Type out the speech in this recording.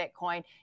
Bitcoin